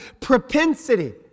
propensity